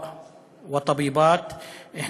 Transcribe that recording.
הם